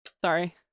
sorry